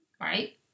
Right